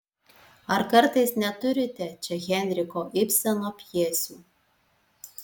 ar kartais neturite čia henriko ibseno pjesių